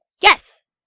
Yes